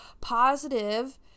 positive